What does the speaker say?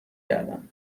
کردم